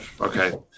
Okay